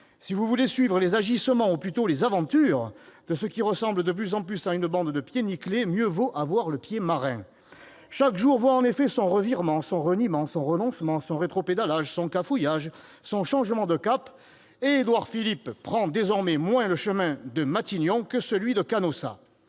si vous voulez suivre les agissements, ou plutôt les aventures, de ce qui ressemble de plus en plus à une bande de pieds nickelés, mieux vaut avoir le pied marin ... Chaque jour voit en effet son revirement, son reniement, son renoncement, son rétropédalage, son cafouillage, son changement de cap. Désormais, Édouard Philippe prend moins le chemin de Matignon que celui de Canossa.